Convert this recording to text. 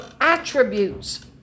attributes